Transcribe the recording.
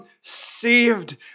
saved